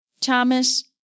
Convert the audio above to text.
Thomas